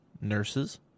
nurses